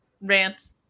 Rant